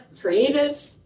creative